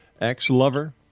ex-lover